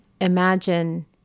imagine